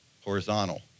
horizontal